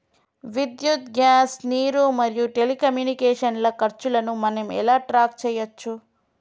విద్యుత్ గ్యాస్ నీరు మరియు టెలికమ్యూనికేషన్ల ఖర్చులను మనం ఎలా ట్రాక్ చేయచ్చు?